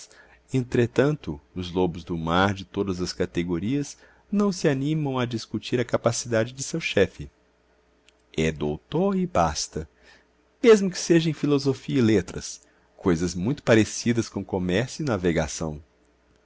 entretanto os lobos do mar de todas as categorias não se animam a discutir a capacidade de seu chefe é doutor e basta mesmo que seja em filosofia e letras coisas muito parecidas com comércio e navegação